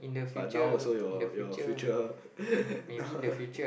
but now also your your future